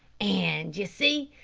and, ye see,